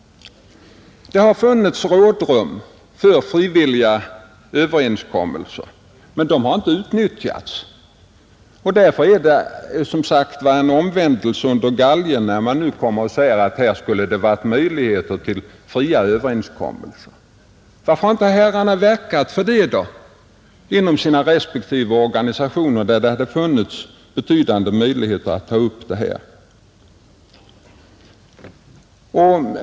Det har funnits rådrum för frivilliga överenskommelser, men de har inte utnyttjats. Därför är det, som sagt, en omvändelse under galgen när man nu säger att det borde ha funnits möjligheter till fria överenskommelser. Varför har inte herrarna verkat för det inom sina respektive organisationer, där det hade funnits betydande möjligheter att ta upp dessa frågor?